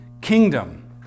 kingdom